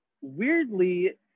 weirdly